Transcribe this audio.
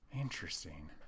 Interesting